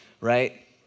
right